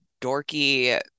dorky